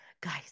guys